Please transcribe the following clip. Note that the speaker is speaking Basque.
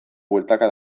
bueltaka